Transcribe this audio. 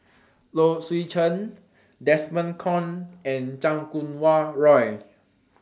Low Swee Chen Desmond Kon and Chan Kum Wah Roy